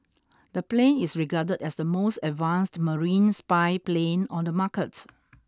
the plane is regarded as the most advanced marine spy plane on the market